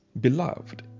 Beloved